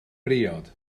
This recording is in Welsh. briod